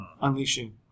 Unleashing